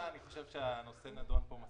אני חושב שהנושא נדון פה מספיק.